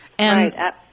Right